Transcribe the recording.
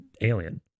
alien